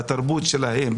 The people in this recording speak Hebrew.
בתרבות שלהם,